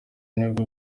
nibwo